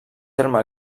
terme